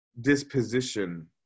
disposition